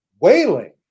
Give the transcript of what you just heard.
wailing